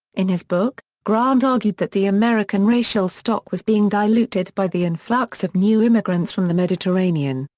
in his book, grant argued that the american racial stock was being diluted by the influx of new immigrants from the mediterranean,